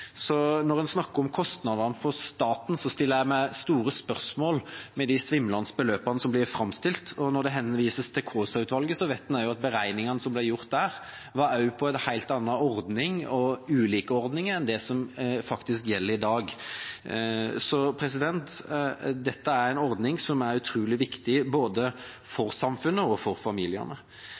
så når en snakker om kostnadene for staten, stiller jeg store spørsmål ved de svimlende beløpene som blir framstilt. Og når det henvises til Kaasa-utvalget, vet vi også at beregningene som ble gjort der, ble gjort ut fra en helt annen og ulik ordning enn den som faktisk gjelder i dag. Så dette er en ordning som er utrolig viktig både for samfunnet og for familiene.